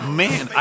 man